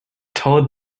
told